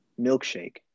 milkshake